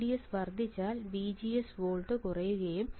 VDS വർദ്ധിച്ചാൽ VGS volt കുറയുകയും